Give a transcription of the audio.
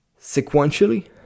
sequentially